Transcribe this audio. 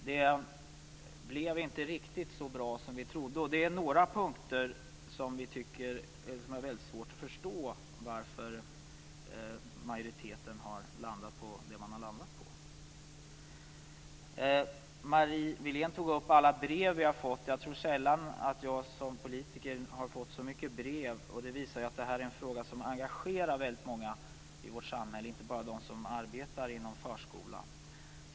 Det blev inte riktigt så bra som vi trodde. Det är några punkter där vi har väldigt svårt att förstå varför majoriteten har landat på det som man har landat på. Marie Wilén talade om alla de brev som vi har fått. Jag tror sällan att jag som politiker har fått så många brev. Det visar att detta är en fråga som engagerar väldigt många i vårt samhälle och inte bara de som arbetar inom förskolan.